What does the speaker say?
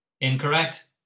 Incorrect